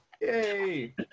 Yay